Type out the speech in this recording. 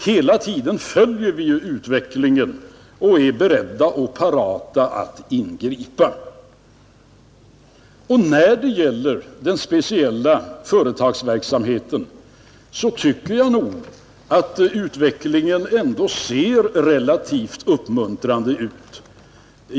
Hela tiden följer vi utvecklingen och är beredda och parata att ingripa. När det gäller den speciella företagsverksamheten tycker jag nog att utvecklingen ser relativt uppmuntrande ut.